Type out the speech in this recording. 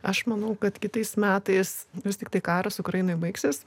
aš manau kad kitais metais vis tiktai karas ukrainoje baigsis